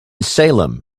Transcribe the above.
salem